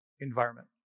environment